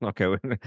Okay